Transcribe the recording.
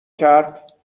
کرد